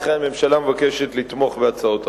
לכן הממשלה מבקשת לתמוך בהצעות החוק.